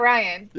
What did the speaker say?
Ryan